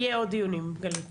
מירב